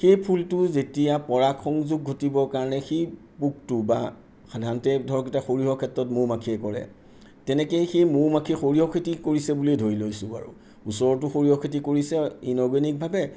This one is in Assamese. সেই ফুলটো যেতিয়া পৰাগ সংযোগ ঘটিবৰ কাৰণে সেই পোকটো বা সাধাৰণতে ধৰক এতিয়া সৰিয়হৰ ক্ষেত্ৰত মৌ মাখিয়ে কৰে তেনেকেই সেই মৌ মাখিয়ে সৰিয়হ খেতি কৰিছে বুলিয়েই ধৰি লৈছোঁ বাৰু ওচৰতো সৰিয়হ খেতি কৰিছে ইনঅৰ্গেনিকভাৱে